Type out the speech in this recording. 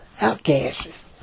outcasts